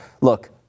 look